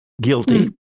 Guilty